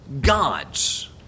gods